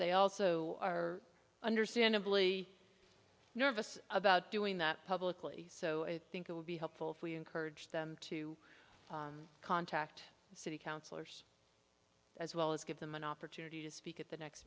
they also are understandably nervous about doing that publicly so i think it would be helpful if we encourage them to contact city councillors as well as give them an opportunity to speak at the next